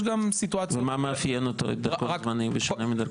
מה מאפיין אותו בשונה מדרכון אחר?